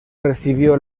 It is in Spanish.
recibió